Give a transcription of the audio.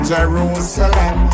Jerusalem